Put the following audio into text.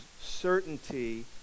certainty